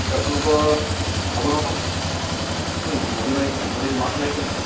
আপোনালোকৰ আপোনালোকৰ নদী মাৰিছে নদীত মাছ মাৰিছে নেকি